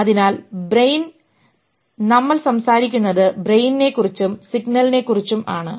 അതിനാൽ നമ്മൾ സംസാരിക്കുന്നത് ബ്രെയിനിനെകുറിച്ചും സിഗ്നലിനെക്കുറിച്ചും ആണ്